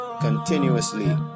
Continuously